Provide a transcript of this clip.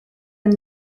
and